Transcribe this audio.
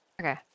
Okay